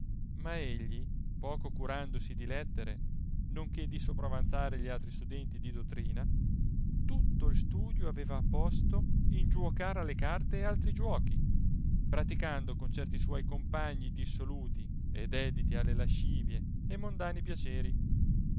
ma egli poco curandosi di lettere non che di sopravanzare gli altri studenti di dottrina tutto il studio avea posto in giuocar alle carte e altri giuochi praticando con certi suoi compagni dissoluti e dediti alle lascivie e mondani piaceri